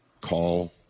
call